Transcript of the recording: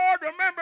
remember